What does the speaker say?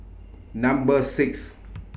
Number six